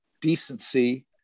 decency